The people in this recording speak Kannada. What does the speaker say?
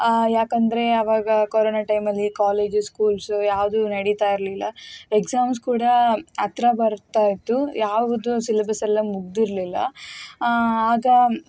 ಏಕೆಂದರೆ ಆವಾಗ ಕೊರೋನ ಟೈಮಲ್ಲಿ ಕಾಲೇಜ್ ಸ್ಕೂಲ್ಸ್ ಯಾವುದು ನಡೀತಾಯಿರಲಿಲ್ಲ ಎಕ್ಸಾಮ್ಸ್ ಕೂಡ ಹತ್ತಿರ ಬರ್ತಾಯಿತ್ತು ಯಾವುದು ಸಿಲೆಬಸೆಲ್ಲಾ ಮುಗಿದಿರಲಿಲ್ಲ ಆಗ